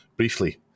Briefly